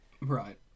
Right